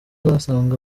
uzasanga